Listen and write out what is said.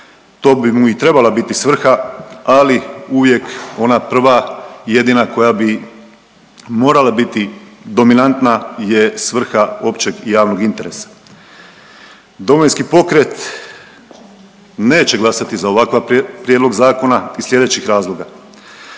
to bi mu i trebala biti svrha, ali uvijek ona prva i jedina koja bi morala biti dominantna je svrha općeg i javnog interesa. Domovinski pokret neće glasati za ovakav prijedlog zakona iz slijedećih razloga.